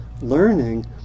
learning